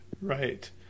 Right